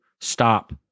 stop